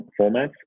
formats